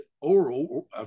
oral